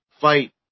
fight